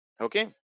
okay